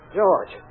George